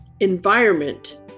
Environment